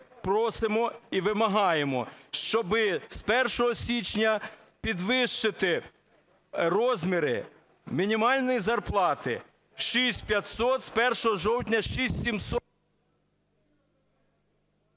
просимо і вимагаємо, щоби з 1 січня підвищити розміри мінімальної зарплати – 6 500, з 1 жовтня –